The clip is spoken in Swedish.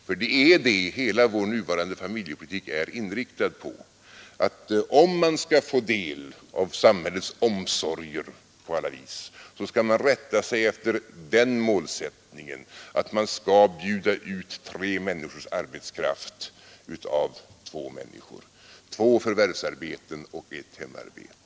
Det är detta hela vår nuvarande familjepolitik är inriktad på; om man skall få del av samhällets omsorger på alla vis måste man rätta sig efter den målsättningen att man skall bjuda ut tre människors arbetskraft av två människor, två förvärvsarbeten och ett hemarbete.